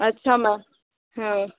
अच्छा मैम हाँ